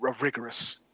rigorous